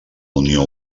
unió